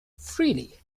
freely